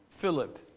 Philip